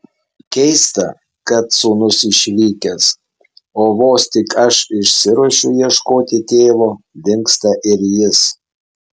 keista kad sūnus išvykęs o vos tik aš išsiruošiu ieškoti tėvo dingsta ir jis